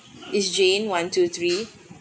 is jane one two three